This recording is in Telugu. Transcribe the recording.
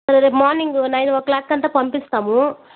రేపు మార్నింగు నైన్ ఓ క్లాక్కి అంతా పంపిస్తాము